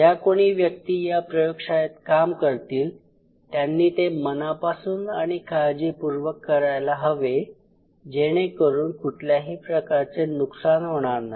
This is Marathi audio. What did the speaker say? ज्या कुणी व्यक्ती या प्रयोगशाळेत काम करतील त्यांनी ते मनापासून आणि काळजीपूर्वक करायला हवे जेणेकरून कुठल्याही प्रकारचे नुकसान होणार नाही